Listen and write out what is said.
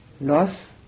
loss